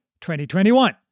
2021